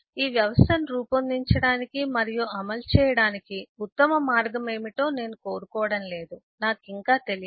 ఈ వ్యవస్థను రూపొందించడానికి మరియు అమలు చేయడానికి ఉత్తమ మార్గం ఏమిటో నేను కోరుకోవడం లేదు నాకు ఇంకా తెలియదు